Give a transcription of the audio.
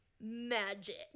magic